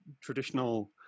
traditional